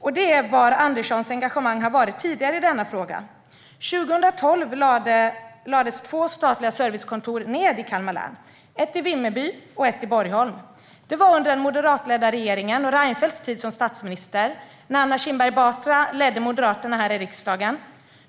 Var har Anderssons engagemang i denna fråga varit tidigare? År 2012 lades två statliga servicekontor ned i Kalmar län - ett i Vimmerby och ett i Borgholm. Det var under den moderatledda regeringens tid, när Reinfeldt var statsminister och när Anna Kinberg Batra ledde Moderaterna i riksdagen.